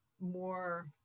more